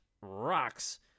rocks